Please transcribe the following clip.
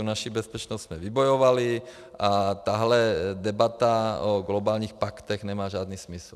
Naši bezpečnost jsme vybojovali a tahle debata o globálních paktech nemá žádný smysl.